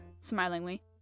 smilingly